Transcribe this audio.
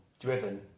driven